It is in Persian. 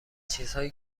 چیزهایی